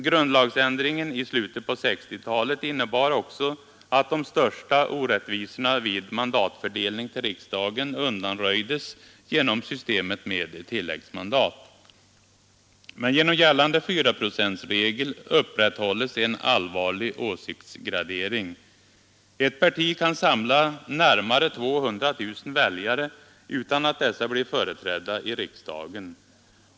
Grundlagsändringen i slutet av 1960-talet innebar också att de största orättvisorna vid mandatfördelningen till riksdagen undanröjdes genom systemet med tilläggsmandat. Men genom gällande 4-procentsregel upprätthålles en allvarlig åsiktsgradering. Ett parti kan samlå närmare 200 000 väljare utan att dessa blir företrädda i riksdagen.